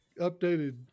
updated